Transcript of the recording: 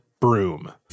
broom